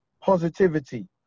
positivity